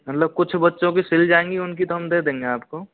मतलब कुछ बच्चों की सिल जाएंगी उनकी तो हम दे देंगे आपको